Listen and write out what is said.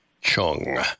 Chung